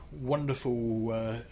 wonderful